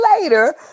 later